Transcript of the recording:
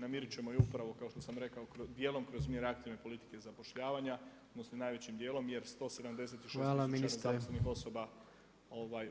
Namirit ćemo je upravo kao što sam rekao dijelom kroz mjere aktivne politike zapošljavanja odnosno najvećim dijelom jer 176 tisuća zaposlenih osoba